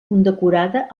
condecorada